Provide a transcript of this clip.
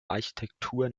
architektur